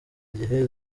igihe